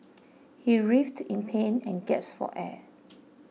he writhed in pain and gasped for air